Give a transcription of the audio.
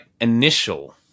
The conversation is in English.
initial